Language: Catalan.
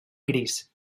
gris